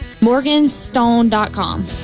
Morganstone.com